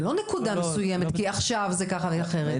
אז זו לא נקודה מסוימת כי עכשיו זה ככה ואחרת,